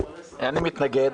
אני מתנגד.